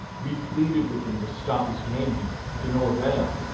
we pleaded with him to stop his gaming to no avail.